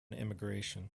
immigration